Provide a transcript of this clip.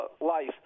life